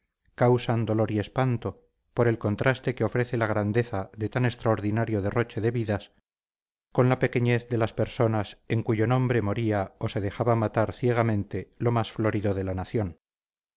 causan dolor y espanto por el contraste que ofrece la grandeza de tan extraordinario derroche de vidas con la pequeñez de las personas en cuyo nombre moría o se dejaba matar ciegamente lo más florido de la nación